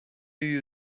you